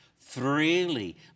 freely